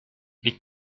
les